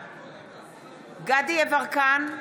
דסטה גדי יברקן,